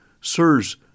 Sirs